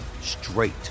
straight